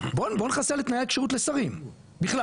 בוא נחסל את תנאי הכשירות לשרים בכלל.